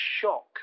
shock